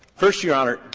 first, your honor,